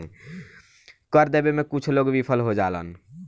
कर देबे में कुछ लोग विफल हो जालन